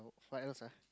what else ah